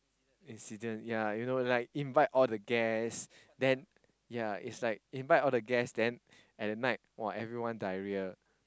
incident yeah you know like invite all the guests then yeah it's like invite all the guests then at the night !wah! everyone diarrhoea